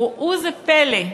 וראו זה פלא,